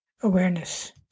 awareness